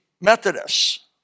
Methodists